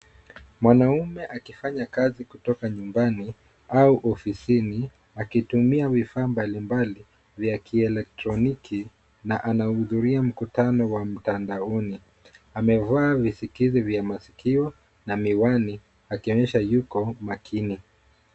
Mwanaume akifanya kazi kutoka nyumbani au ofisini, akitumia vifaa mbalimbali vya kielektroniki, na anahudhuria mkutano wa mtandaoni amevaa visikizi vya masikio na miwani, akionyesha kuwa yuko makini.